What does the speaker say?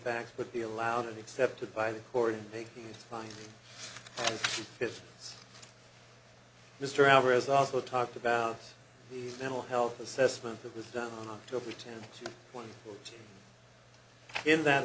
facts would be allowed and excepted by the court making fine has mr alvarez also talked about the mental health assessment that was done on october tenth one in that